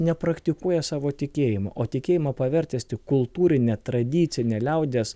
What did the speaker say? nepraktikuoja savo tikėjimo o tikėjimą pavertęs tik kultūrine tradicine liaudies